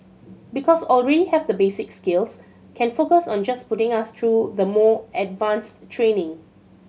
because already have the basic skills can focus on just putting us through the more advanced training